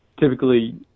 typically